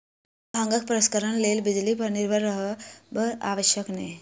भांगक प्रसंस्करणक लेल बिजली पर निर्भर रहब आवश्यक नै